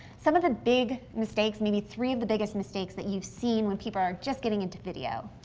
some of the big mistakes, maybe three of the biggest mistakes that you've seen when people are just getting into video?